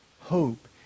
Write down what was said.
Hope